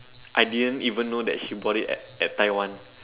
I didn't even know that she bought it at at Taiwan